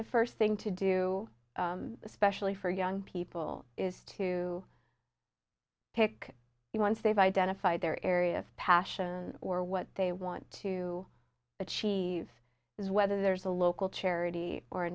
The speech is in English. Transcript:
the first thing to do especially for young people is to pick it once they've identified their area of passion or what they want to achieve whether there's a local charity or a